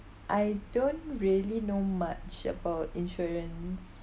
I don't really know much about insurance